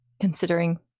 considering